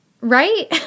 right